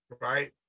Right